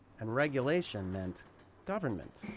and regulation meant government.